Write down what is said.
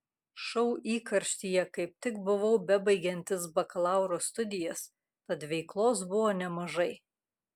šou įkarštyje kaip tik buvau bebaigiantis bakalauro studijas tad veiklos buvo nemažai